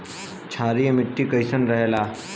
क्षारीय मिट्टी कईसन रहेला?